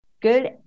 Good